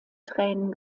tränen